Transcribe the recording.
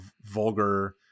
vulgar